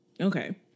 Okay